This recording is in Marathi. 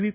व्ही